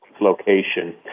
location